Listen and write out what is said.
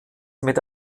mit